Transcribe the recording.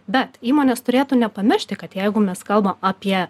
bet įmonės turėtų nepamiršti kad jeigu mes kalbam apie